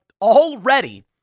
already